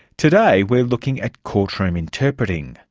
today we're looking at courtroom interpreting.